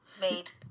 made